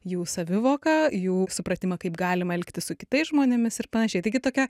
jų savivoką jų supratimą kaip galima elgtis su kitais žmonėmis ir panašiai taigi tokia